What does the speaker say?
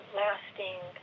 lasting